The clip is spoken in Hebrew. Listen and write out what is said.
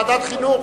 ועדת חינוך.